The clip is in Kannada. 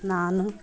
ನಾನು